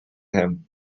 him